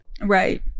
Right